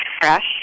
fresh